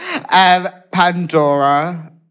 Pandora